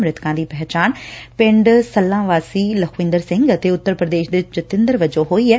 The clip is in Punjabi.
ਮ੍ਰਿਤਕਾਂ ਦੀ ਪਛਾਣ ਪਿੰਡ ਸ਼ੱਲਾ ਵਾਸੀ ਲੱਖਵਿੰਦਰ ਸਿੰਘ ਅਤੇ ਉੱਤਰ ਪ੍ਰਦੇਸ਼ ਦੇ ਜਤਿੰਦਰ ਵਜੋਂ ਹੋਈ ਐ